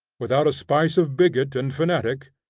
without a spice of bigot and fanatic,